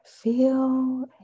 Feel